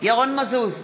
ירון מזוז,